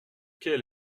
quel